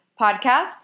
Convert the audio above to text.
podcast